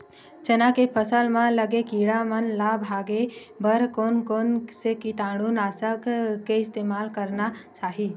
चना के फसल म लगे किड़ा मन ला भगाये बर कोन कोन से कीटानु नाशक के इस्तेमाल करना चाहि?